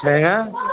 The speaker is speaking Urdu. ٹھیک ہے